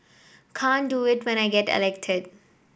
can't do it when I get elected